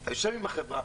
אתה יושב עם החברה,